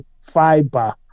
fiber